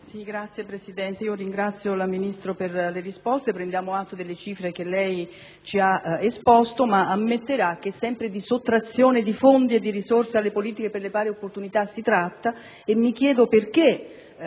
Ringrazio la signora Ministro per le sue risposte; prendiamo atto delle cifre che ha esposto, ma ammetterà che sempre di sottrazione di fondi e di risorse alle politiche per le pari opportunità si tratta e mi chiedo perché